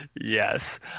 yes